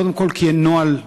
קודם כול, כי אין נוהל.